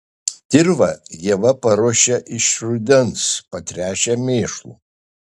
dirvą ieva paruošia iš rudens patręšia mėšlu